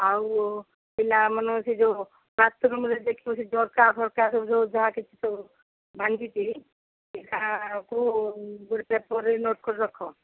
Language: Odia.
ଆଉ ପିଲାମାନେ ସେ ଯୋଉ ବାଥରୁମ୍ରେ ଦେଖିବ ସେ ଝରକା ଫରକା ସବୁ ଯୋଉ ଯାହା କିଛି ସବୁ ଭାଙ୍ଗିଛି ସେଟା ସବୁ ଗୋଟେ ପେପର୍ରେ ନୋଟ୍ କରି ରଖ